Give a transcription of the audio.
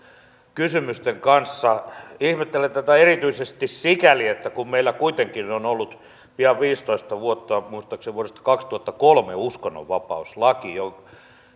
kysymysten kanssa ihmettelen tätä erityisesti sikäli kun meillä kuitenkin on ollut pian viisitoista vuotta muistaakseni vuodesta kaksituhattakolme uskonnonvapauslaki